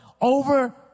over